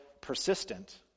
persistent